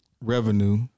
revenue